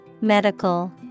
Medical